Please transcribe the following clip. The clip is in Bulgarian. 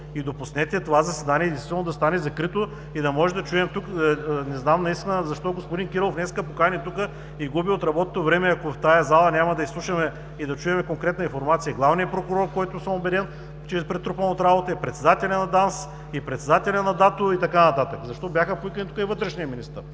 и допуснете това заседание действително да стане закрито и да може да чуем тук. Не знам наистина защо господин Кирилов днес покани тук и губи от работното време, ако в тази зала няма да изслушаме и да чуем конкретна информация, главният прокурор, който съм убеден, че е претрупан от работа, и председателят на ДАНС, и председателят на ДАТО, и вътрешният министър, и така нататък. Защо бяха повикани тук? С голям патос